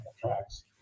tracks